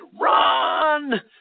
Run